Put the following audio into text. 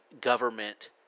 government